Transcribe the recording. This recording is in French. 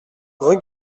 rue